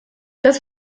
das